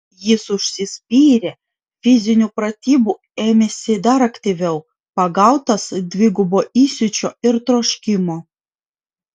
jis užsispyrė fizinių pratybų ėmėsi dar aktyviau pagautas dvigubo įsiūčio ir troškimo